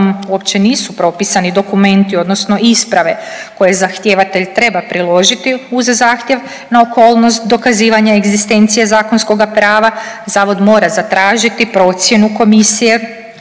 uopće nisu propisani dokumenti odnosno isprave koje zahtjevatelj treba priložiti uz zahtjev na okolnost dokazivanje egzistencije zakonskoga prava, zavod mora zatražiti procjenu komisije